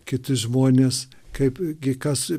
kiti žmonės kaip gi kas